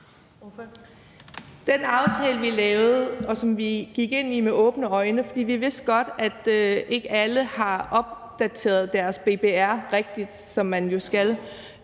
Den aftale, vi lavede, gik vi ind i med åbne øjne, for vi vidste godt, at ikke alle har opdateret deres oplysninger i BBR rigtigt, som man jo skal.